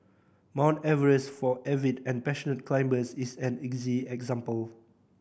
Mount Everest for avid and passionate climbers is an easy example